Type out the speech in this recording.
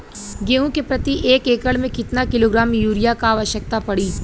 गेहूँ के प्रति एक एकड़ में कितना किलोग्राम युरिया क आवश्यकता पड़ी?